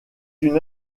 une